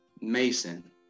Mason